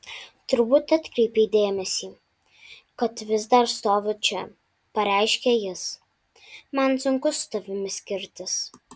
turbūt atkreipei dėmesį kad vis dar stoviu čia pareiškia jis man sunku su tavimi skirtis